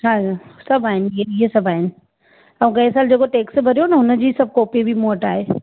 हा सभु आहिनि इहे सभु आहिनि ऐं गए सालु जेको टेक्स भरियो न हुनजी सभु कॉपी बि मूं वटि आहे